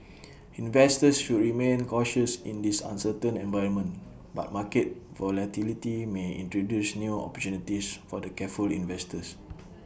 investors should remain cautious in this uncertain environment but market volatility may introduce new opportunities for the careful investor